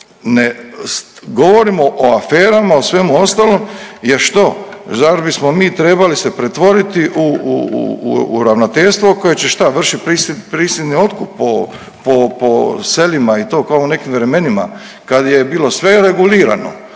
ne govorimo o aferama, o svemu ostalom. Jer što? Zar bismo mi trebali se pretvoriti u ravnateljstvo koje će šta? Vršiti prisilni otkup po selima kao u nekim vremenima kad je bilo sve regulirano.